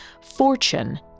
fortune